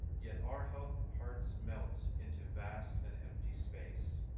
yet our health hearts melt into vast an empty space.